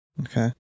Okay